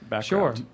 Sure